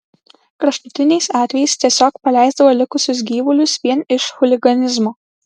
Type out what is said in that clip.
kraštutiniais atvejais tiesiog paleisdavo likusius gyvulius vien iš chuliganizmo